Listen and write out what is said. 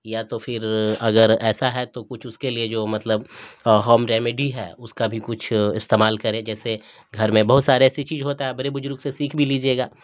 یا تو پھر اگر ایسا ہے تو کچھ اس کے لیے جو مطلب ہوم ریمیڈی ہے اس کا بھی کچھ استعمال کریں جیسے گھر میں بہت سارے ایسی چیز ہوتا ہے بڑے بزرگ سے سیکھ بھی لیجیے گا